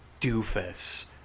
doofus